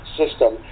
system